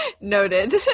noted